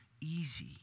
easy